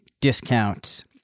discount